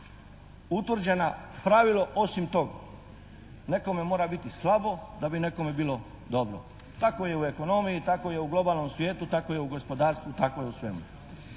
utvrđeno pravilo osim toga. Nekome mora biti slabo da bi nekome bilo dobro. Tako je u ekonomiji, tako je u globalnom svijetu, tako je u gospodarstvu, tako je u svemu.